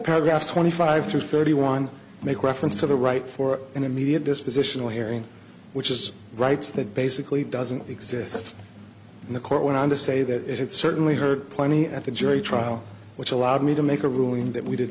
paragraph twenty five to thirty one make reference to the right for an immediate dispositional hearing which is rights that basically doesn't exist in the court went on to say that it certainly heard plenty at the jury trial which allowed me to make a ruling that we did